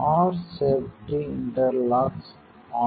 r safety interlocks on